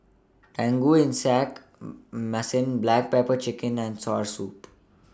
Tauge Ikan Masin Black Pepper Chicken and Soursop